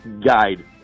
Guide